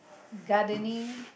gardening